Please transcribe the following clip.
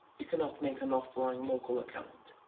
you cannot make an offline local account.